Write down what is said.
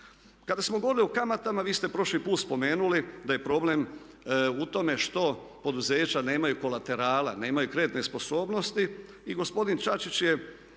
Kada smo govorili o kamatama vi ste prošli put spomenuli da je problem u tome što poduzeća nemaju kolaterala, nemaju kreditne sposobnosti i gospodin Čačić je